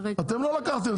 אתם לא לקחתם,